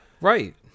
Right